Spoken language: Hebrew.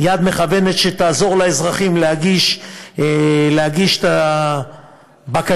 "יד מכוונת" לעזור לאזרחים להגיש את הבקשות